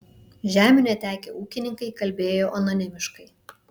žemių netekę ūkininkai kalbėjo anonimiškai